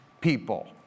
people